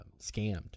scammed